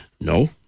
No